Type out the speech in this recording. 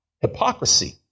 hypocrisy